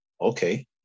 okay